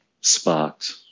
Sparked